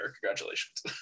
Congratulations